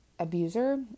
Abuser